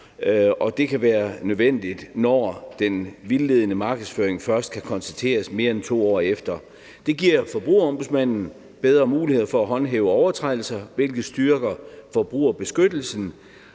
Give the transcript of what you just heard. det kan være nødvendigt, når den vildledende markedsføring først kan konstateres mere end 2 år efter. Det giver Forbrugerombudsmanden bedre muligheder for at håndhæve overtrædelser, hvilket styrker forbrugerbeskyttelsen.